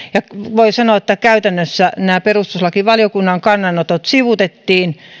voi sanoa että käytännössä perustuslakivaliokunnan kannanotot sivuutettiin